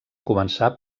començar